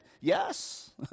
Yes